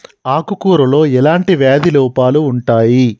ఆకు కూరలో ఎలాంటి వ్యాధి లోపాలు ఉంటాయి?